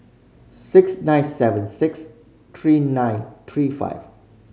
six nine seven six three nine three five